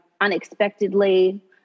unexpectedly